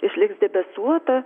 išliks debesuota